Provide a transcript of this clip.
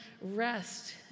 rest